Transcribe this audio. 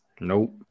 Nope